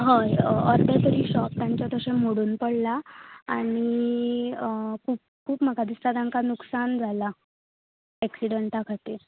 हय अर्धे तरी शोप तांचे मोडून पडला आनी खूब म्हाका दिसतां तांका नुक्सान जाला एक्सिडंटा खातीर